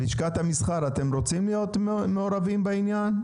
ולשכת המסחר, אתם רוצים להיות מעורבים בעניין?